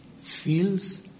feels